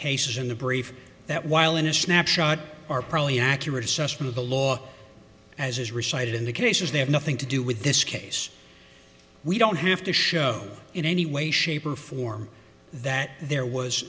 cases in the brief that while initial nap shot are probably an accurate assessment of the law as is recited in the cases they have nothing to do with this case we don't have to show in any way shape or form that there was